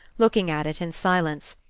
looking at it in silence.